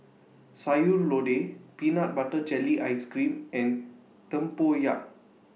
Sayur Lodeh Peanut Butter Jelly Ice Cream and Tempoyak